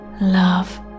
love